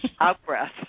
out-breath